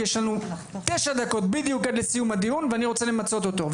כי יש לנו תשע דקות בדיוק עד סיום הדיון ואני רוצה למצות אותו.